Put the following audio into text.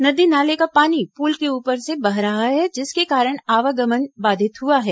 नदी नाले का पानी पुल के ऊपर से बह रहा है जिसके कारण आवागमन बाधित हुआ है